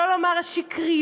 שלא לומר השקריות,